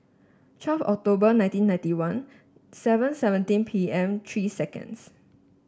twelve October nineteen ninety one seven seventeen P M three second